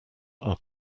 are